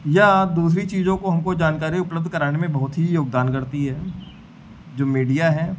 या दूसरी चीज़ों को हमको जानकारी उपलब्ध कराने में बहुत ही योगदान करता है जो मीडिया है